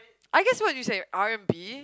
I guess what you say R-and-B